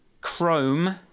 Chrome